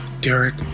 Derek